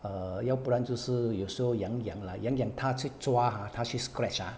err 要不然就是有时候痒痒 lah 痒痒她去抓 ah 她去 scratch ah